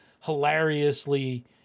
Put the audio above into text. hilariously